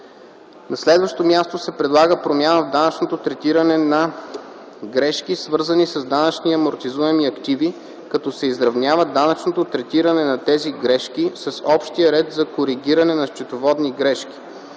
На следващо място се предлага промяна в данъчното третиране на грешки, свързани с данъчни амортизируеми активи, като се изравнява данъчното третиране на тези грешки с общия ред за коригиране на счетоводни грешки.